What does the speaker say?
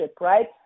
right